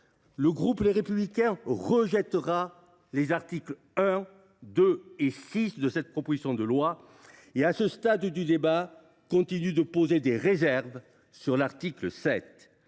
le groupe Les Républicains rejettera les articles 1, 2 et 6 de cette proposition de loi. À ce stade du débat, il continue d’être réservé sur l’article 7.